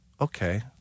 okay